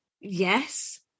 Yes